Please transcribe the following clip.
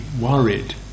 worried